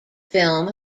film